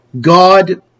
God